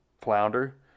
flounder